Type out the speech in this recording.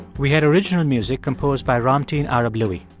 we had original music composed by ramtin arablouei.